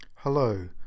Hello